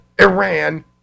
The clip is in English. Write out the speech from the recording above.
Iran